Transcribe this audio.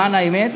למען האמת.